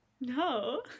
No